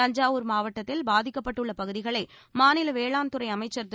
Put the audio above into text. தஞ்சாவூர் மாவட்டத்தில் பாதிக்கப்பட்டுள்ள பகுதிகளை மாநில வேளாண் துறை அமைச்சர் திரு